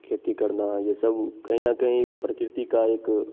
खेती करना यह सब कहीं ना कहीं प्रकृति का एक